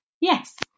Yes